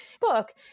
book